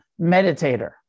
meditator